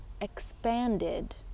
expanded